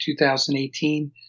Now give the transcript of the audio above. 2018